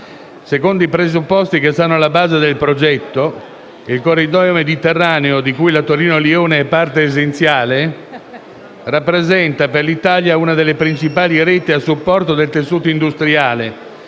Secondo i presupposti che stanno alla base del progetto, il Corridoio Mediterraneo, di cui la Torino-Lione è parte essenziale, rappresenta per l'Italia una delle principali reti a supporto del tessuto industriale,